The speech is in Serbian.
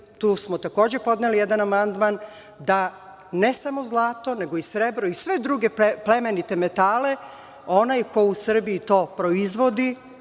tu smo takođe podneli jedan amandman, da ne samo zlato, nego i srebro i sve druge plemenite metale onaj ko u Srbiji to proizvodi